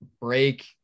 break